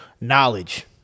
knowledge